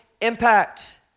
impact